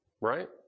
right